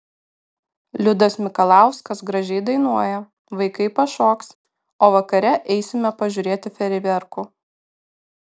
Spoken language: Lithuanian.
liudas mikalauskas gražiai dainuoja vaikai pašoks o vakare eisime pažiūrėti fejerverkų